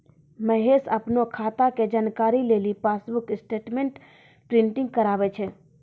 महेश अपनो खाता के जानकारी लेली पासबुक स्टेटमेंट प्रिंटिंग कराबै छै